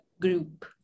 group